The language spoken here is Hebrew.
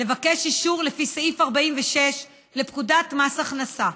לבקש אישור לפי סעיף 46 לפקודת מס הכנסה.